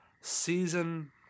Season